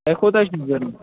تۄہہِ کوٗتاہ چھُ ضروٗرت